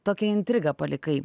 tokią intrigą palikai